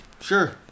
Sure